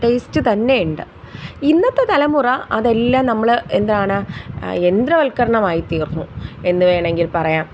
taste തന്നെയുണ്ട് ഇന്നത്തെ തലമുറ അതെല്ലാം നമ്മൾ എന്താണ് യന്ത്രവൽക്കരണമായിത്തീർന്നു എന്നുവേണമെങ്കിൽ പറയാം